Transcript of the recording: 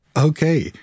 Okay